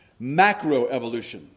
Macroevolution